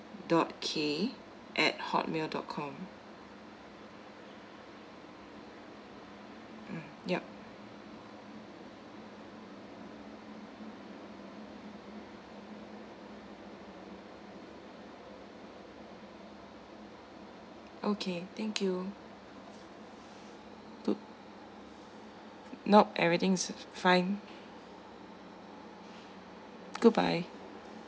dot K at hotmail dot com mm yup okay thank you nope everything's fine goodbye